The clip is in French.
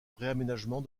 réaménagement